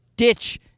ditch